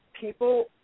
people